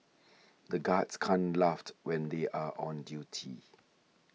the guards can't laughed when they are on duty